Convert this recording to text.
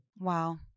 Wow